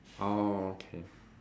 orh okay